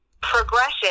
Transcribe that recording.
progression